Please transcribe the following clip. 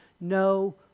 no